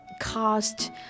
cost